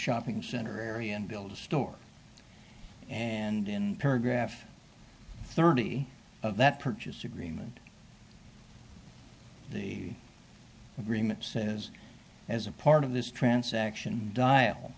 shopping center area and build a store and in paragraph thirty of that purchase agreement the agreement is as a part of this